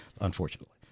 unfortunately